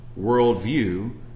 worldview